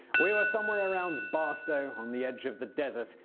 we were somewhere around barstow, on the edge of the desert,